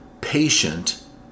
patient